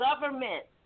government